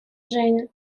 женя